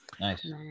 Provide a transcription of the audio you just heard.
nice